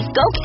go